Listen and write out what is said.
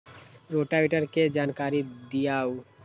Rotavator के जानकारी दिआउ?